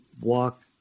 walk